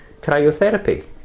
cryotherapy